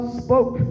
spoke